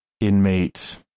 inmate